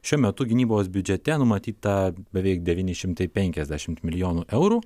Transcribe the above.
šiuo metu gynybos biudžete numatyta beveik devyni šimtai penkiasdešimt milijonų eurų